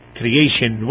creation